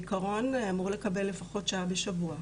בעיקרון הוא אמור לקבל לפחות שעה בשבוע.